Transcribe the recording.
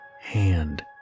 hand